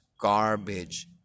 garbage